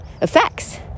effects